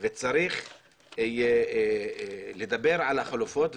וצריך לדבר על החלופות.